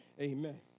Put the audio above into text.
amen